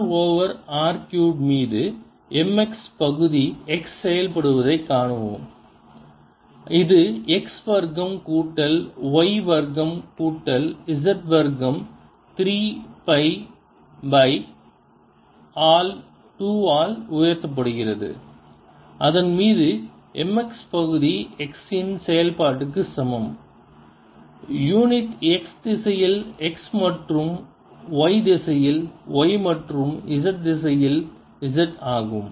mx∂xmy∂ymz∂z எனவே r over r cube மீது mx பகுதி x செயல்படுவதைக் கணக்கிடுவோம் இது x வர்க்கம் கூட்டல் y வர்க்கம் கூட்டல் z வர்க்கம் 3 பை 2 ஆல் உயர்த்தப்படுகிறது அதன் மீது mx பகுதி x இன் செயல்பாட்டுக்கு சமம் யூனிட் x திசையில் x மற்றும் y திசையில் y மற்றும் z திசையில் z ஆகும்